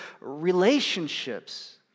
relationships